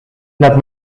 laat